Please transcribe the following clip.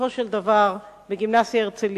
בסופו של דבר בגימנסיה "הרצליה",